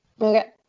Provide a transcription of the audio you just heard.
Okay